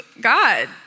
God